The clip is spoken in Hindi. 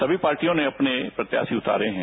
सभी पार्टियों ने अपने प्रत्याशी उतारे हैं